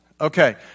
Okay